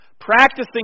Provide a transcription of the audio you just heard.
practicing